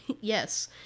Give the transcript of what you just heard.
Yes